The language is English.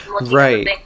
right